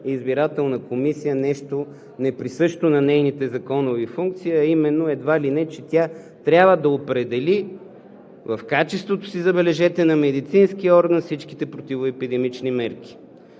избирателна комисия нещо неприсъщо на нейните законови функции, а именно едва ли не, че тя трябва да определи в качеството си, забележете, на медицински орган всичките противоепидемични мерки.